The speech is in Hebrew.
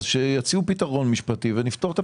שיציעו פתרון משפטי ונפתור את הבעיה.